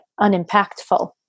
unimpactful